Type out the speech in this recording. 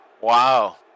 Wow